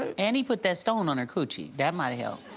and he put that stone on her coochie, that might help.